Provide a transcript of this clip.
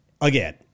again